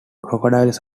crocodiles